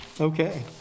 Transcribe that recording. Okay